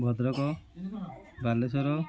Bhadrak Balasore